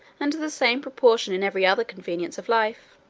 and the same proportion in every other convenience of life.